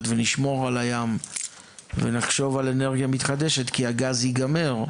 ונשמור על הים ונחשוב על אנרגיה מתחדשת כי הגז ייגמר.